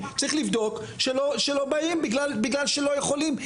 צריך לבדוק אם הם לא באים בגלל שלא יכולים,